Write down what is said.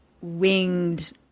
winged